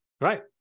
Right